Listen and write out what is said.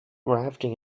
rafting